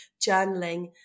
journaling